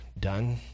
done